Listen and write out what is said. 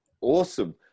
Awesome